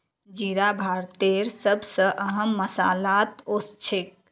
जीरा भारतेर सब स अहम मसालात ओसछेख